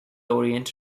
orient